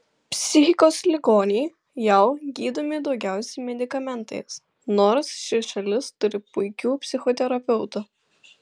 psichikos ligoniai jav gydomi daugiausiai medikamentais nors ši šalis turi puikių psichoterapeutų